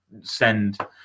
send